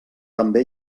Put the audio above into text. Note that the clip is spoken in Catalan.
també